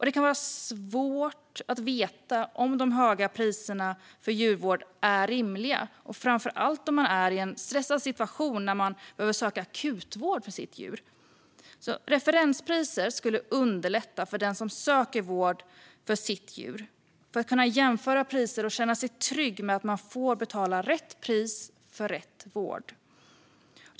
Det kan vara svårt att veta om de höga priserna för djurvård är rimliga, framför allt i en stressad situation där man behöver söka akutvård för sitt djur. Referenspriser skulle underlätta för den som söker vård för sitt djur, så att man kan jämföra priser och känna sig trygg med att man får betala rätt pris för rätt vård.